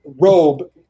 robe